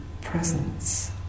presence